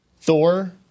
Thor